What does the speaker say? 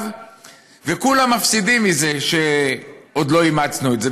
כולם מפסידים מזה שעוד לא אימצנו את זה,